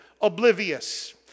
oblivious